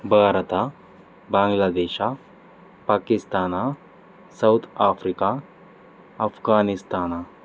Bharat Bangladesh Pakistan South Africa Afghanistan